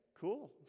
cool